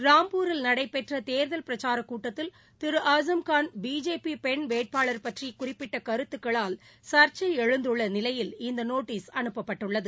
ராம்பூரில் நடைபெற்ற தேர்தல் பிரச்சாரக்கூட்டத்தில் திரு ஆசும்கான் பிஜேபி பெண் வேட்பாளர் பற்றி குறிப்பிட்ட கருத்துக்களில் சர்ச்சை எழுந்துள்ள நிலையில் இந்த நோட்டீஸ் அனுப்பப்பட்டுள்ளது